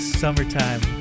summertime